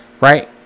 Right